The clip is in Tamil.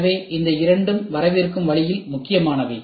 எனவே இந்த இரண்டும் வரவிருக்கும் வழியில் முக்கியமானவை